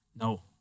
No